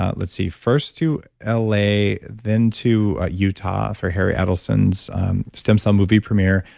ah let's see, first to l a, then to utah for harry edelson's stem cell movie premier.